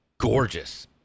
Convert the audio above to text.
Gorgeous